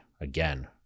again